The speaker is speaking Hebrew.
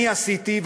אני עשיתי,